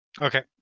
Okay